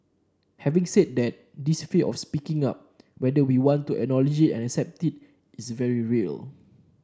having said that this fear of speaking up whether we want to acknowledge and accept it is very real